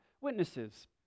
witnesses